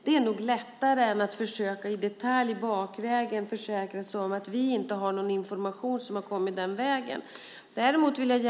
Det är nog lättare än att i detalj försöka försäkra sig om att vi inte har någon information som har kommit bakvägen.